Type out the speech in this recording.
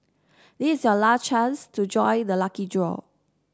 this is your last chance to join the lucky draw